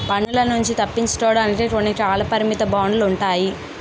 పన్నుల నుంచి తప్పించుకోవడానికి కొన్ని కాలపరిమిత బాండ్లు ఉంటాయి